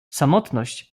samotność